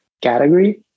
category